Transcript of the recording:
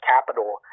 capital